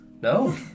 No